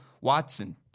Watson